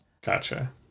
Gotcha